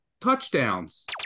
touchdowns